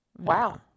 Wow